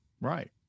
Right